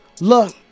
Look